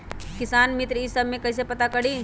किसान मित्र ई सब मे कईसे पता करी?